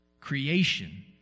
creation